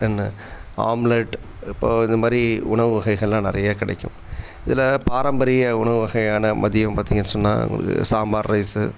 என்ன ஆம்லெட் இப்போது இந்த மாதிரி உணவு வகைகளெலாம் நிறைய கிடைக்கும் இதில் பாரம்பரிய உணவு வகையான மதியம் பார்த்தீங்கன்னு சொன்னால் உங்களுக்கு சாம்பார் ரைஸு